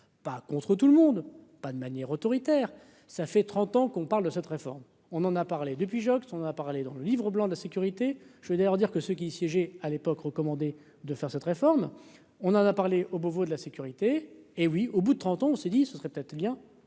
par contre, tout le monde, pas de manière autoritaire, ça fait 30 ans qu'on parle de cette réforme, on en a parlé depuis Joxe, on en a parlé dans le livre blanc de la sécurité, je voudrais leur dire que ceux qui siégeait à l'époque, recommandé de faire cette réforme, on en a parlé au Beauvau de la sécurité, hé oui, au bout de trente ans, on se dit : ce serait peut-être bien